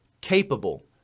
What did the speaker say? capable